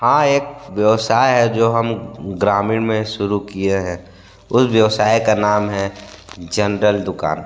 हाँ एक व्यवसाय है जो हम ग्रामीण में शुरू किए है उस व्यवसाय का नाम है जनरल दुकान